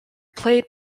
played